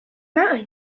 mountain